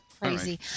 crazy